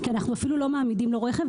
כי אנחנו אפילו לא מעמידים לו רכב.